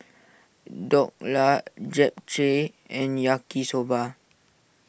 Dhokla Japchae and Yaki Soba